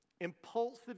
Impulsive